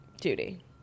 Duty